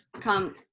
come